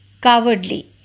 Cowardly